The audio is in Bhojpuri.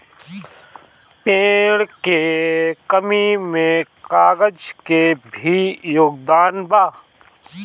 पेड़ के कमी में कागज के भी योगदान बा